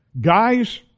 guys